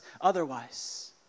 otherwise